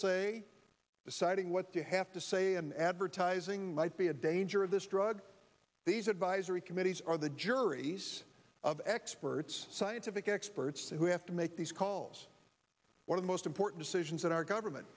say deciding what to have to say in advertising might be a danger of this drug these advisory committees are the juries of experts scientific experts who have to make these calls one of the most important decisions in our government